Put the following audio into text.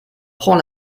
prend